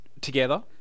together